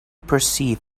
perceive